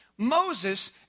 Moses